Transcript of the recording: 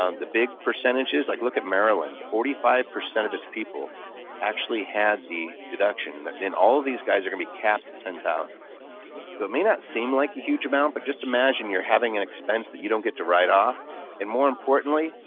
um the big percentage is like look at maryland, forty five percent of its people actually had the deduction. and then all of these guys are going to be capped at ten thousand. so it may not seem like a huge amount but just imagine you're having an expense that you don't get to write off and more importantly,